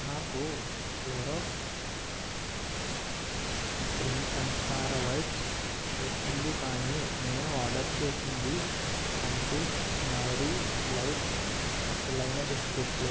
నాకు క్లోరాక్స్ క్రిమిసంహార వైప్స్ వచ్చింది కానీ నేను ఆర్డర్ చేసింది సన్ఫిస్ట్ మేరీ లైట్ అసలైన బిస్కెట్లు